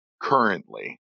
currently